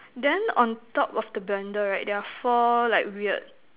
then on top of the blender right there are four like weird